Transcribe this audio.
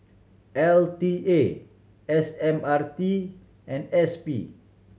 L T A S M R T and S P